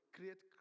create